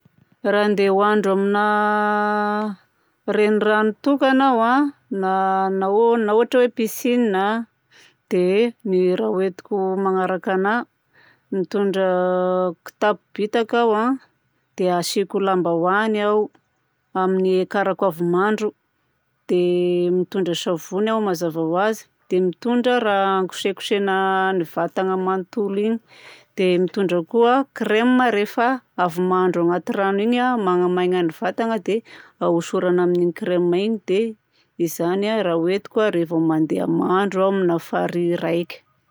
Raha handeha hoandro amina renirano tokana aho a, na o- na ohatra hoe piscine a, dia raha hoentiko magnaraka anahy: mitondra kitapo bitaka aho a, dia asiako lambaoany ao, amin'ny hiakarako avy mando. Dia mitondra savony aho mazava ho azy. Dia mitondra raha hanakosikosehana ny vatagna manontolo igny. Dia mitondra koa crème rehefa avy mandro agnaty rano igny manamaigna ny vatagna dia hosorana amin'igny crème igny. Dia izany raha hoentiko revô mandeha mandro aho amina farihy raika.